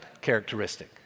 characteristic